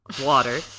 water